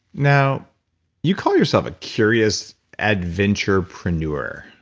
now you call yourself a curious adventure-preneur.